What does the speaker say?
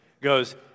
goes